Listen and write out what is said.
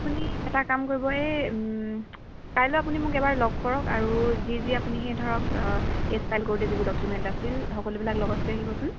আপুনি এটা কাম কৰিব এই কাইলৈ আপুনি মোক এবাৰ লগ কৰক আৰু যি যি আপুনি সেই ধৰক কেছ ফাইল কৰোতে যিবোৰ ডকুমেণ্ট আছিল সকলোবিলাক লগত লৈ আহিবচোন